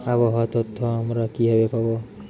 আবহাওয়ার তথ্য আমরা কিভাবে পাব?